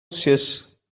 celsius